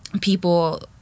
people